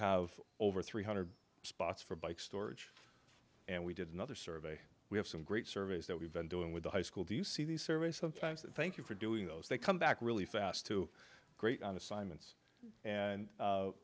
have over three hundred spots for bike storage and we did another survey we have some great surveys that we've been doing with the high school do you see these surveys sometimes thank you for doing those they come back really fast to great on assignments and